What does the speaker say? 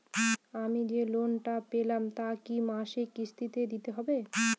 আমি যে লোন টা পেলাম তা কি মাসিক কিস্তি তে দিতে হবে?